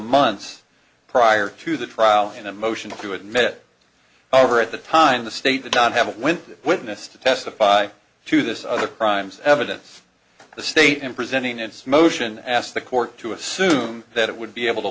months prior to the trial and emotional to admit over at the time the state the don't have with witness to testify to this other crimes evidence the state in presenting its motion asked the court to assume that it would be able to